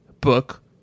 book